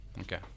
Okay